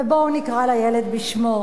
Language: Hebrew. בואו נקרא לילד בשמו: